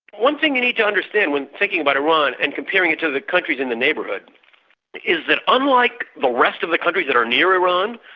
one thing you need to understand when thinking about iran and comparing it to the countries in the neighbourhood is that unlike the rest of the countries that are near iran,